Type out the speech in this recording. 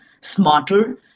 smarter